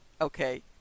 okay